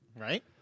Right